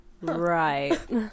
Right